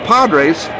Padres